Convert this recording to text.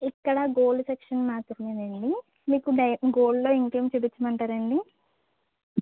ఇక్కడ gold section మాత్రమేనండి మీకు డై గోల్డ్లో ఇంకేం చూపించమంటారండీ